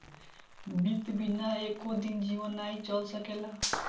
वित्त बिना एको दिन जीवन नाइ चल सकेला